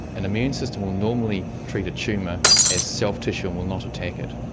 an immune system will normally treat a tumour as self-tissue and will not attack it.